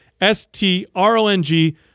S-T-R-O-N-G